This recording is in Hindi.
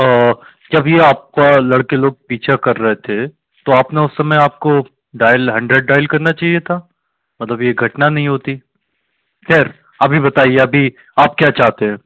जब ये आपका लड़के लोग पीछा कर रहे थे तो आपने उस समय आपको डायल हंड्रेड डायल करना चाहिए था मतलब ये घटना नहीं होती खैर आप ये बताइए अभी बताइए अभी आप क्या चाहते हैं